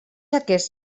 aquests